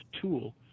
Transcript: tool